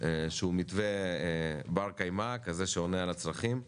שהוא מתווה בר קיימא, כזה שעונה על הצרכים,